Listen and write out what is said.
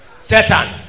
Satan